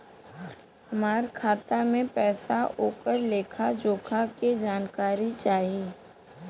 हमार खाता में पैसा ओकर लेखा जोखा के जानकारी चाही?